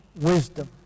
wisdom